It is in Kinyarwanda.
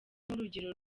nk’urugero